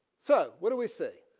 so what do we see